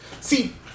See